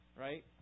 Right